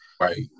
Right